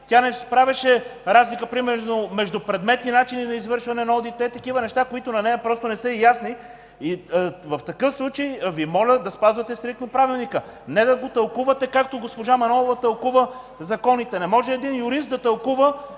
Тя не правеше разлика примерно между предмет и начини за извършване на одит – такива неща, които на нея просто не са й ясни. В такъв случай Ви моля да спазвате стриктно Правилника, а не да го тълкувате както госпожа Манолова тълкува законите. Не може един юрист да тълкува